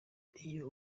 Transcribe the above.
iyo